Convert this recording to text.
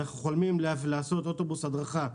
אנחנו חולמים לעשות אוטובוס הדרכה.